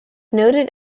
noted